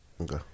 Okay